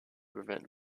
prevent